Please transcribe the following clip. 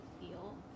feel